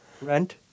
Rent